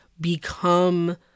become